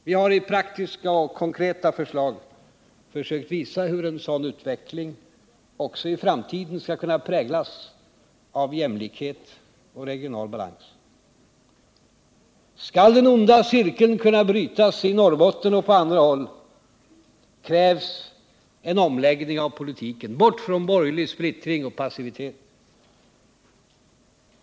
Vi har praktiska och konkreta förslag försökt visa hur en sådan utveckling också i framtiden skall kunna präglas av jämlikhet och regional balans. Skall den onda cirkeln, i Norrbotten och på andra håll, kunna brytas krävs en omläggning av politiken, bort från borgerlig splittring och passivitet.